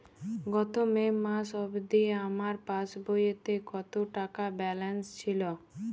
গত মে মাস অবধি আমার পাসবইতে কত টাকা ব্যালেন্স ছিল?